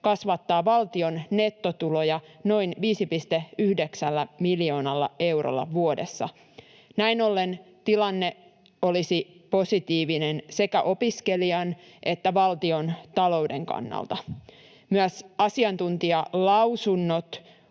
kasvattaa valtion nettotuloja noin 5,9 miljoonalla eurolla vuodessa. Näin ollen tilanne olisi positiivinen sekä opiskelijan että valtiontalouden kannalta. Myös asiantuntijalausunnot